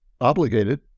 obligated